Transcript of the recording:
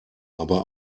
aber